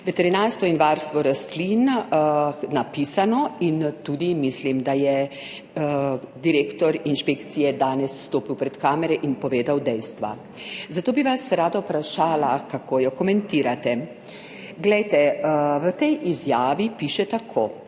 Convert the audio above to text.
veterinarstvo in varstvo rastlin napisano in tudi mislim, da je direktor inšpekcije danes stopil pred kamere in povedal dejstva. Zato bi vas rada vprašala, kako jo komentirate. Glejte, v tej izjavi piše tako,